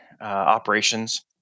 Operations